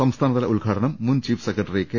സംസ്ഥാനതല ഉദ്ഘാടനം മുൻ ചീഫ് സെക്രട്ടറി കെ